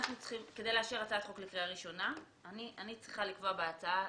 כדי לאשר הצעת חוק לקריאה ראשונה אני צריכה לקבוע בהצעה